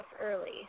early